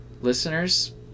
Listeners